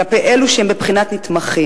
כלפי אלו שהם בבחינת נתמכים?